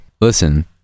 Listen